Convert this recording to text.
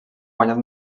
guanyat